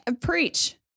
Preach